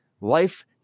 life